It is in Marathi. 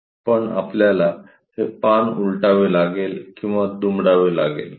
पण आपल्याला हे पान उलटावे लागेल किंवा दुमडावे लागेल